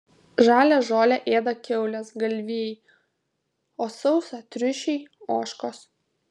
žalią žolę ėda kiaulės galvijai o sausą triušiai ožkos